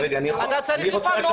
אתה צריך לפנות אותם.